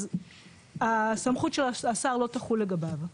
אז הסמכות של השר לא תחול לגביו,